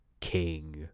King